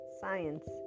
science